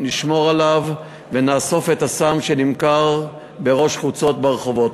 נשמור עליהם ונאסוף את הסם שנמכר בראש חוצות ברחובות.